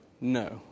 No